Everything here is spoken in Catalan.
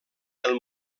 del